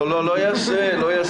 לא אעשה.